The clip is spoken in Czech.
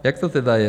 Jak to tedy je?